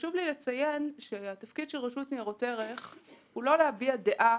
חשוב לי לציין שהתפקיד של רשות ניירות ערך הוא לא להביע דעה